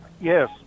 Yes